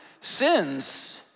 sins